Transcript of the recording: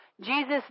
Jesus